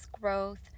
growth